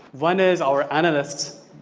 one is our analyst,